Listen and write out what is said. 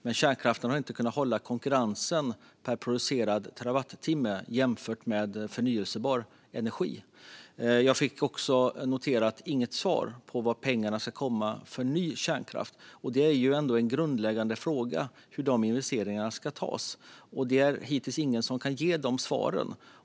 Men kärnkraften har inte hållit i konkurrensen per producerad terawattimme jämfört med förnybar energi. Jag noterar att jag inte fick något svar om varifrån pengarna för ny kärnkraft ska komma. Det är ändå en grundläggande fråga hur de investeringarna ska klaras. Hittills är det ingen som har kunnat ge svar.